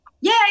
yay